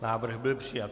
Návrh byl přijat.